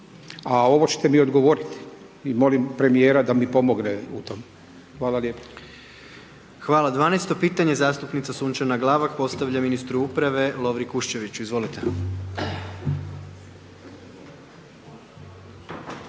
A ovo ćete mi odgovoriti i molim premjera da mi pomogne u tome. Hvala lijepo. **Jandroković, Gordan (HDZ)** Hvala, 12. pitanje zastupnica Sunčana Glavak postavlja ministru uprave, Lovri Kuščeviću, izvolite.